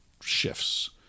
shifts